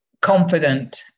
confident